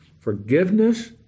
forgiveness